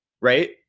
right